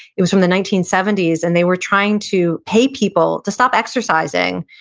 it was from the nineteen seventy s, and they were trying to pay people to stop exercising,